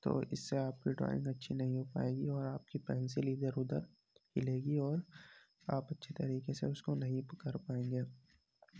تو اِس سے آپ کی ڈرائنگ اچھی نہیں ہو پائے گی اور آپ کی پینسل اِدھر اُدھر ہلے گی اور آپ اچھے طریقے سے اُس کو نہیں پکڑ پائیں گے